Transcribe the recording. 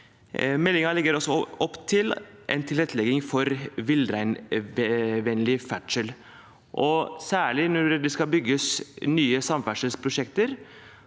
Meldingen legger også opp til en tilrettelegging for villreinvennlig ferdsel. Særlig når det skal bygges nye samferdselsprosjekter,